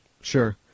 Sure